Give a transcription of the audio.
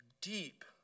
deep